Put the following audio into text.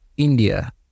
India